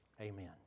Amen